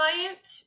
client